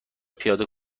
پیاده